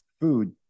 food